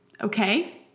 okay